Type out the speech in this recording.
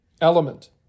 element